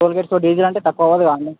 toll gates diesel అంటే తక్కువేమి అవదు కదా అండి